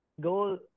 goal